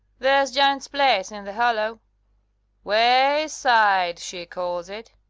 there's janet's place in the hollow wayside, she calls it.